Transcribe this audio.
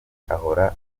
ahora